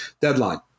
deadline